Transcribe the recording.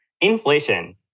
inflation